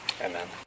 Amen